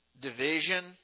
Division